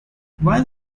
while